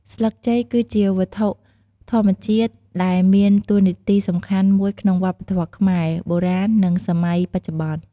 ស្លឹកចេក គឺជាវត្ថុធម្មជាតិដែលមានតួនាទីសំខាន់មួយក្នុងវប្បធម៌ខ្មែរ បុរាណនិងសម័យបច្ចុប្បន្ន។